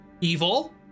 Evil